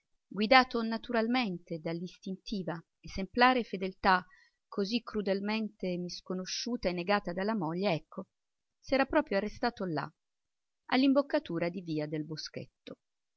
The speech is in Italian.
guidato naturalmente dall'istintiva esemplare fedeltà così crudelmente misconosciuta e negata dalla moglie ecco s'era proprio arrestato là all'imboccatura di via del boschetto